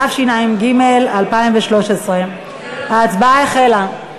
התשע"ג 2013. ההצבעה החלה.